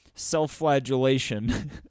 self-flagellation